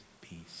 peace